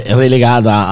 relegata